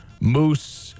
Moose –